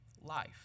life